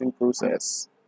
process